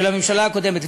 של הממשלה הקודמת.